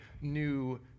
new